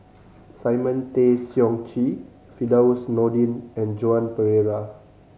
Simon Tay Seong Chee Firdaus Nordin and Joan Pereira